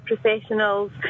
professionals